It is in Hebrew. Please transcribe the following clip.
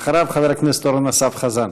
אחריו, חבר הכנסת אסף אורן חזן.